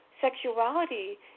sexuality